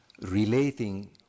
relating